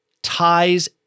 ties